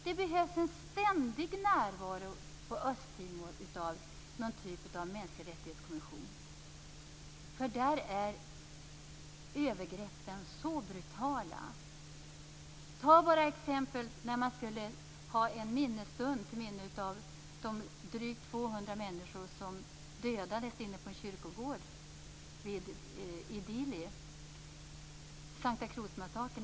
Det behövs en ständig närvaro av någon typ av kommission för mänskliga rättigheter. Där är övergreppen så brutala. Se bara på exemplet med de studenter som skulle hålla en minnesstund för de drygt 200 människor som dödades vid en kyrkogård - Santa Cruz-massakern.